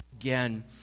again